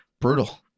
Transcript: brutal